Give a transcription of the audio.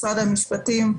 משרד המשפטים.